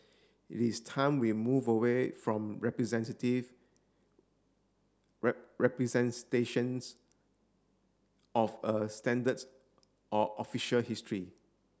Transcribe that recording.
it is time we move away from representative representations of a standard or official history